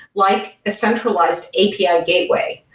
like a centralized api ah gateway.